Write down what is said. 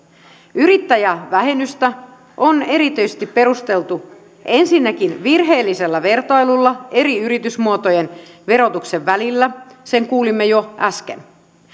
yrittäjävähennystä on erityisesti perusteltu ensinnäkin virheellisellä vertailulla eri yritysmuotojen verotuksen välillä sen kuulimme jo äsken